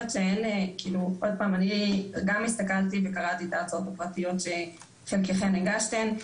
אני גם הסתכלתי וקראתי את ההצעות הפרטיות שחלקכן הגשתן,